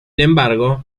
embargo